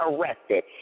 arrested